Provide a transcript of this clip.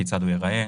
כיצד הוא ייראה,